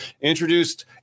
introduced